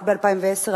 רק ב-2010,